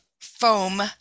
foam